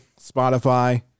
Spotify